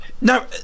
Now